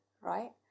right